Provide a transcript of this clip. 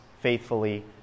faithfully